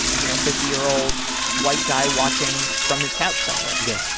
you know, fifty year old white guy watching from his couch somewhere yeah.